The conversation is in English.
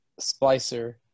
splicer